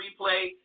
replay